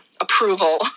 approval